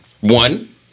one